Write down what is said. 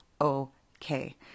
okay